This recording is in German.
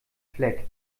fleck